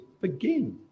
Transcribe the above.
begin